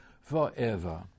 forever